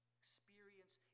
experience